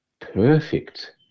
perfect